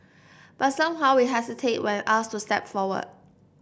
but somehow we hesitate when asked to step forward